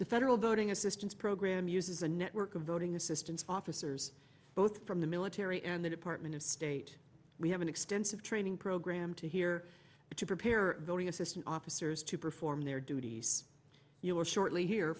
the federal voting assistance program uses a network of voting assistance officers both from the military and the department of state we have an extensive training program to here to prepare voting assistant officers to perform their duties you're shortly he